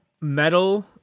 metal